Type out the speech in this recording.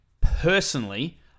Personally